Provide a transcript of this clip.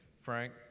Frank